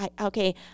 Okay